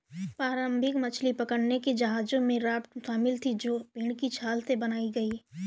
प्रारंभिक मछली पकड़ने के जहाजों में राफ्ट शामिल थीं जो पेड़ की छाल से बनाई गई